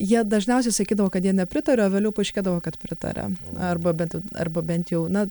jie dažniausiai sakydavo kad jie nepritaria o vėliau paaiškėdavo kad pritaria arba bent jau arba bent jau na